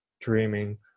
dreaming